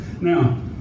Now